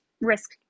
risk